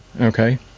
Okay